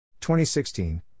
2016